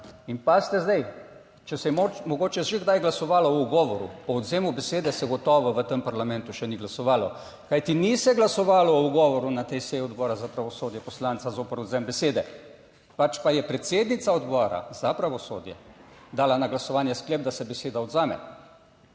in pazite zdaj, če se je mogoče že kdaj glasovalo o ugovoru, o odvzemu besede se gotovo v tem parlamentu še ni glasovalo, kajti ni se glasovalo o ugovoru na tej seji Odbora za pravosodje poslanca zoper odvzem besede, pač pa je predsednica Odbora za pravosodje dala na glasovanje sklep, da se beseda odvzame,